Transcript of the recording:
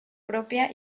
propia